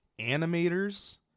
animators